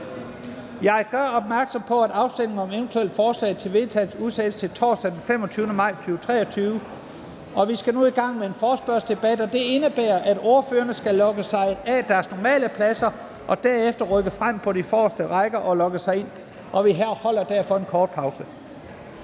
Jeg gør opmærksom på, at afstemningen om eventuelle forslag til vedtagelse udsættes til torsdag den 25. maj 2023. Vi skal nu i gang med en forespørgselsdebat, og det indebærer, at ordførerne skal logge sig ud fra deres normale pladser og derefter rykke frem på de forreste rækker og logge sig ind. Vi holder derfor en kort pause.